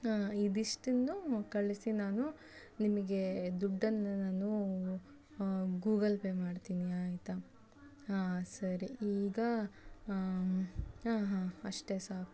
ಇದಿಷ್ಟನ್ನು ಕಳಿಸಿ ನಾನು ನಿಮಗೆ ದುಡ್ಡನ್ನು ನಾನು ಗೂಗಲ್ ಪೇ ಮಾಡ್ತೀನಿ ಆಯಿತಾ ಹಾಂ ಸರಿ ಈಗ ಹಾಂ ಹಾಂ ಅಷ್ಟೇ ಸಾಕು